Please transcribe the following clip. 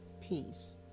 peace